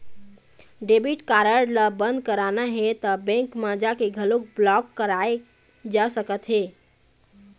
debit card ल बंद कराना हे त बेंक म जाके घलोक ब्लॉक कराए जा सकत हे